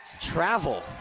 Travel